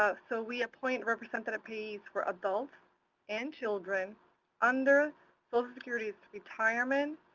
ah so we appoint representative payees for adults and children under social security's retirement,